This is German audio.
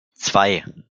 zwei